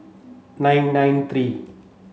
nine nine three